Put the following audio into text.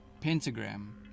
pentagram